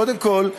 קודם כול,